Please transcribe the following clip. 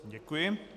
Děkuji.